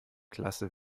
klasse